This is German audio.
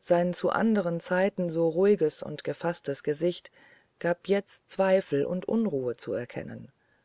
sein zu andern zeiten so ruhig und gefaßtes gesicht gab jetzt zweifel und unruhe zu erkennen